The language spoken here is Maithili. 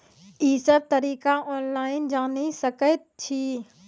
ई सब तरीका ऑनलाइन जानि सकैत छी?